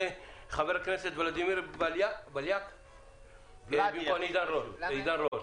וחבר הכנסת ולדימר בליאק במקום עידן רול.